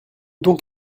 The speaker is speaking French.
donc